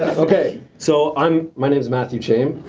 okay, so i'm my name's matthew